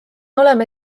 oleme